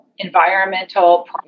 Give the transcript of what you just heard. Environmental